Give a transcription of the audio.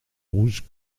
rouges